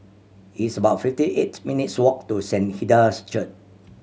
it's about fifty eight minutes' walk to Saint Hilda's Church